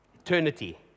Eternity